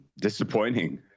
Disappointing